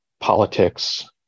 politics